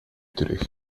terug